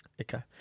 Okay